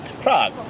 Prague